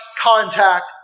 contact